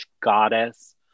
goddess